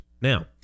Now